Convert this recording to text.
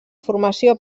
formació